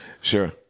Sure